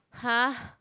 !huh!